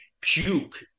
puke